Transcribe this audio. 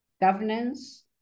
governance